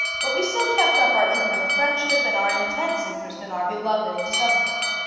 but we still kept up our intimate friendship and our intense interest in our beloved subject.